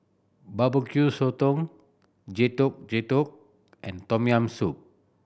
Barbecue Sotong Getuk Getuk and Tom Yam Soup